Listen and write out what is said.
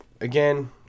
again